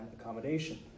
accommodation